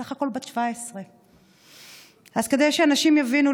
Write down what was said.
בסך הכול בת 17. אז כדי שאנשים יבינו,